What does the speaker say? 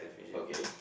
okay